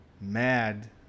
mad